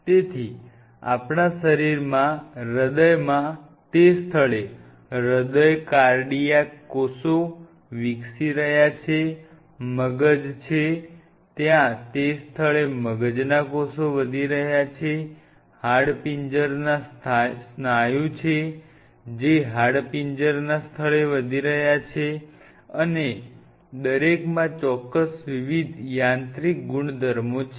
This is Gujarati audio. તેથી આપણા શરીરમાં હૃદયમાં તે સ્થળે હૃદય કાર્ડિયાક કોષો વિકસી રહ્યા છે મગજ છે ત્યાં તે સ્થળે મગજના કોષો વધી રહ્યા છે હાડપિંજરના સ્નાયુ છે જે હાડપિંજરના સ્થળે વધી રહ્યા છે અને દરેકમાં ચોક્કસ વિવિધ યાંત્રિક ગુણધર્મો છે